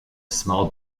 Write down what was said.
small